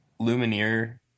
lumineer